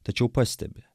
tačiau pastebi